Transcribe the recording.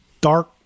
dark